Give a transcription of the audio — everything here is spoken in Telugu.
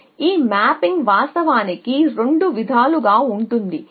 కాబట్టి ఈ మ్యాపింగ్ వాస్తవానికి రెండు విధాలుగా ఉంటుంది